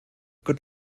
good